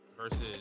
versus